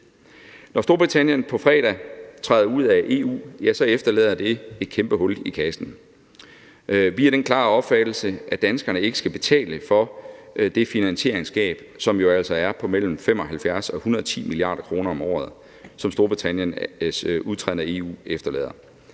Når Storbritannien på fredag træder ud af EU, efterlader det et kæmpe hul i kassen. Vi er af den klare opfattelse, at danskerne ikke skal betale for det finansieringsgab, som altså er på mellem 75 og 110 mia. kr. om året, som Storbritanniens udtræden af EU efterlader,